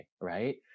Right